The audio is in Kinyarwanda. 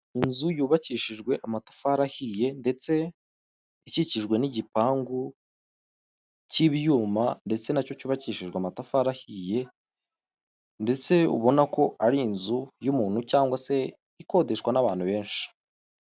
Inzu yubakishijwe amatafari ahiye ndetse ikikijwe n'igipangu k'ibyuma ndetse nacyo cyubakishijwe amatafari ahiye ndetse ubona ko ari inzu y'umuntu cyangwa se ikodeshwa n'abantu benshi.